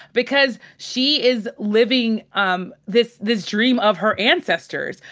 because she is living um this this dream of her ancestors.